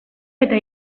eta